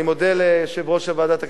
אני מודה ליושב-ראש ועדת הכלכלה,